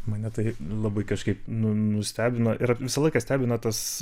mane tai labai kažkaip nu nustebino ir visą laiką stebina tas